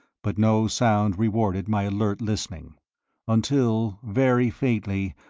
but no sound rewarded my alert listening until, very faintly,